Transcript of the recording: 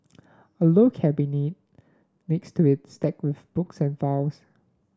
a low cabinet next to it's stacked with books and files